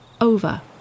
Over